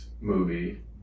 movie